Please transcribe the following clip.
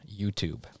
YouTube